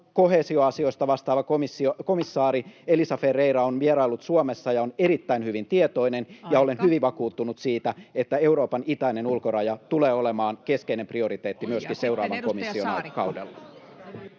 komissaari Elisa Ferreira on vieraillut Suomessa ja on erittäin hyvin tietoinen. [Puhemies: Aika!] Ja olen hyvin vakuuttunut siitä, että Euroopan itäinen ulkoraja tulee olemaan keskeinen prioriteetti myöskin seuraavan komission aikakaudella.